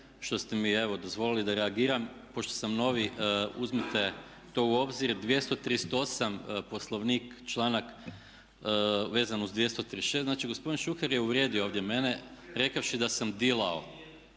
što ste mi evo dozvolili da reagiram. Pošto sam novi uzmite to u obzir. 238 Poslovnik članak vezan uz 236. Znači gospodin Šuker je uvrijedio ovdje mene rekavši da sam dilao,